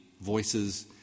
voices